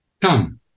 Come